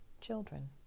children